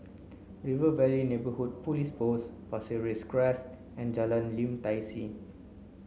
River Valley Neighbourhood Police Post Pasir Ris Crest and Jalan Lim Tai See